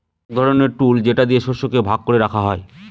এক ধরনের টুল যেটা দিয়ে শস্যকে ভাগ করে রাখা হয়